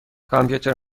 کامپیوتر